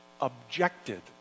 objected